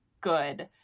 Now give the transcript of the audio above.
good